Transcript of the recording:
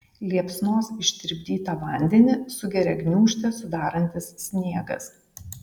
liepsnos ištirpdytą vandenį sugeria gniūžtę sudarantis sniegas